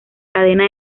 cadena